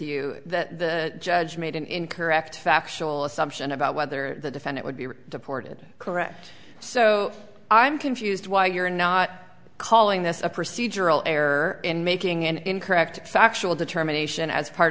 you that the judge made an incorrect factual assumption about whether the defendant would be deported correct so i'm confused why you're not calling this a procedural error in making an incorrect factual determination as part